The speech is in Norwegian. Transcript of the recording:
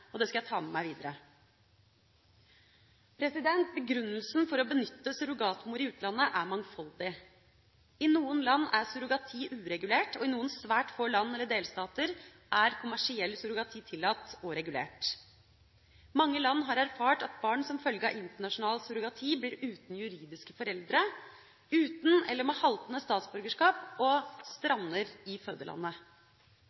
Det skal jeg ta med meg videre. Begrunnelsen for å benytte surrogatmor i utlandet er mangfoldig. I noen land er surrogati uregulert, og i noen svært få land/delstater er kommersiell surrogati tillatt og regulert. Mange land har erfart at barn som følge av internasjonal surrogati blir uten juridiske foreldre, uten – eller med haltende – statsborgerskap og